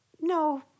no